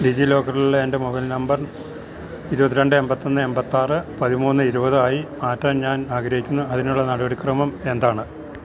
ഡിജിലോക്കറിലുള്ള എന്റെ mobile number ഇരുപത്തിരണ്ട് എണ്പത്തിയൊന്ന് എണ്പത്തിയാറ് പതിമൂന്ന് ഇരുപതായി മാറ്റാൻ ഞാൻ ആഗ്രഹിക്കുന്നു അതിനുള്ള നടപടിക്രമം എന്താണ്